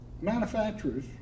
Manufacturers